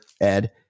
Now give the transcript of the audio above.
Ed